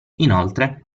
inoltre